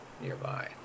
nearby